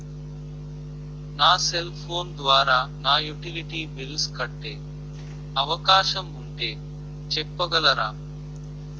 నా cell phone ద్వారా utility bills కట్టే అవకాశం ఉంటే చెప్పగలరా?